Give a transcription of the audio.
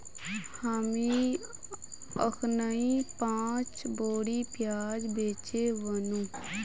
हामी अखनइ पांच बोरी प्याज बेचे व नु